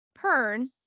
pern